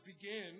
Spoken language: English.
begin